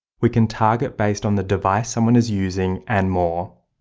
we can target based on the device someone is using and more,